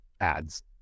ads